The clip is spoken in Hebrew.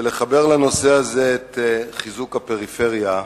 ולחבר לנושא הזה את חיזוק הפריפריה,